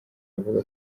avuga